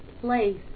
place